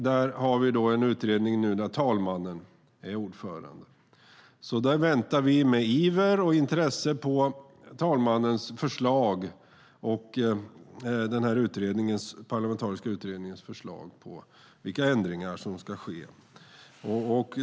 Där har vi nu en utredning där talmannen är ordförande. Vi väntar med iver och intresse på talmannens och den här parlamentariska utredningens förslag om vilka ändringar som ska ske.